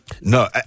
no